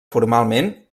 formalment